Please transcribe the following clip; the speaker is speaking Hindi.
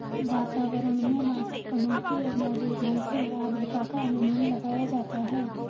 वातावरण में वाष्पकणों की मौजूदगी से आद्रता का अनुमान लगाया जाता है